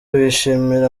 bishimira